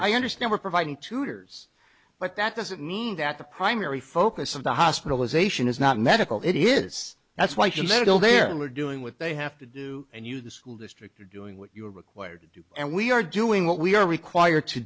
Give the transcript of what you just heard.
i understand we're providing tutors but that doesn't mean that the primary focus of the hospitalization is not medical it is that's why she settled there and we're doing what they have to do and you the school district are doing what you are required to do and we are doing what we are required to